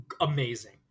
amazing